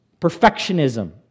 Perfectionism